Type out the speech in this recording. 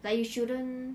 like you shouldn't